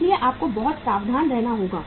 इसलिए आपको बहुत सावधान रहना होगा